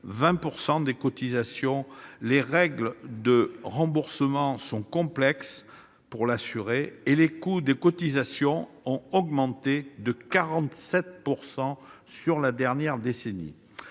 20 % des cotisations, les règles de remboursement sont complexes pour l'assuré et les coûts des cotisations ont augmenté de 47 % dans la dernière décennie.